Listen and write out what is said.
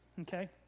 okay